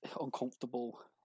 uncomfortable